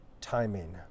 timing